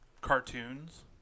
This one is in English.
cartoons